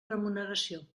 remuneració